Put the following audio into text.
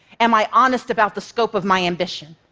am i honest about the scope of my ambition?